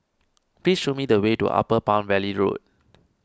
please show me the way to Upper Palm Valley Road